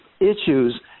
issues